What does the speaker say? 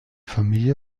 familie